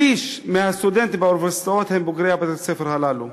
שליש מהסטודנטים באוניברסיטאות הם בוגרי בתי-הספר הללו,